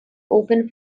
open